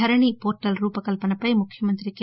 ధరణి portal రూపకల్పనపై ముఖ్యమంత్రి K